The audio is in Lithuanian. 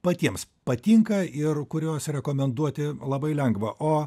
patiems patinka ir kuriuos rekomenduoti labai lengva o